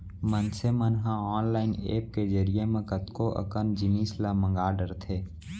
मनसे मन ह ऑनलाईन ऐप के जरिए म कतको अकन जिनिस ल मंगा डरथे